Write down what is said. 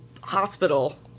hospital